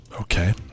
Okay